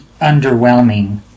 underwhelming